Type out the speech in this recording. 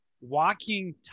walking